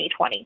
2020